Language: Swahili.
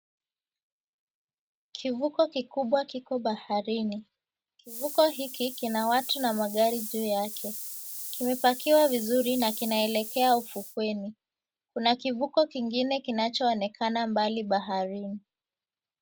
Kivuko kikubwa kiko baharini. Kivuko hiki kina watu na magari juu yake, kimepakiwa vizuri na kinaelekea ufukweni. Kuna kivuko kingine kinachoonekana mbali baharini.